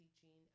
teaching